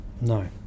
No